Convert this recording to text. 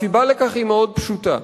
הסיבה לכך היא מאוד פשוטה: